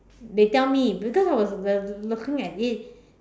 they tell me because I was uh looking at it